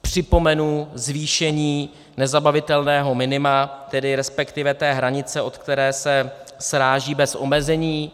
Připomenu zvýšení nezabavitelného minima, respektive té hranice, od které se sráží bez omezení.